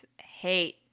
hate